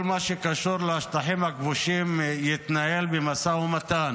כל מה שקשור לשטחים הכבושים יתנהל במשא ומתן